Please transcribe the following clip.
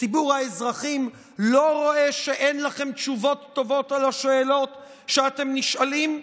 שציבור האזרחים לא רואה שאין לכם תשובות טובות על השאלות שאתם נשאלים?